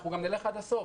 אנחנו גם נלך עד הסוף.